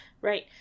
right